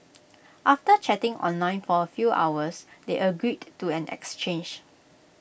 after chatting online for A few hours they agreed to an exchange